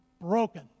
broken